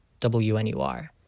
WNUR